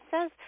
says